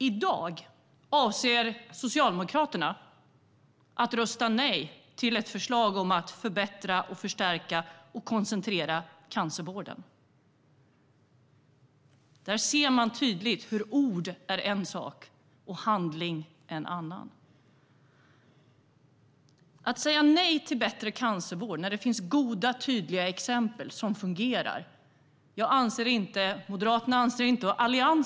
I dag avser Socialdemokraterna att rösta nej till ett förslag om att förbättra, förstärka och koncentrera cancervården. Där ser man tydligt hur ord är en sak och handling en annan. Jag, Moderaterna och Alliansen anser att vi inte har råd att säga nej till bättre cancervård när det finns goda och tydliga exempel som fungerar. Vi ska göra så oerhört mycket mer. Herr talman!